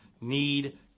need